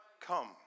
come